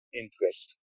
interest